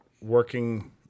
working